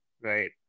right